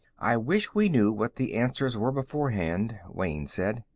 i wish we knew what the answers were beforehand, wayne said.